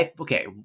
Okay